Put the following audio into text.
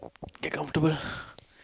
get comfortable